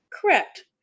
Correct